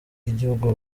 y’igihugu